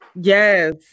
Yes